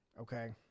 okay